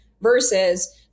versus